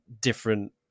different